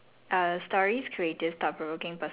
choose a card any card